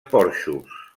porxos